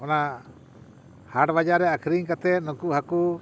ᱚᱱᱟ ᱦᱟᱴ ᱵᱟᱡᱟᱨ ᱨᱮ ᱟᱠᱷᱨᱤᱧ ᱠᱟᱛᱮ ᱱᱩᱠᱩ ᱦᱟ ᱠᱩ